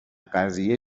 قضیه